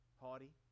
haughty